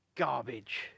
garbage